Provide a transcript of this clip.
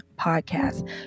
podcast